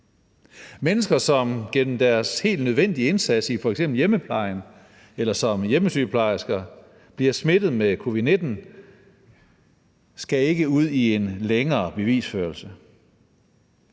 Mennesker, som igennem deres helt nødvendige indsats i f.eks. hjemmeplejen eller som hjemmesygeplejersker, bliver smittet med covid-19, skal ikke ud i en længere bevisførelse.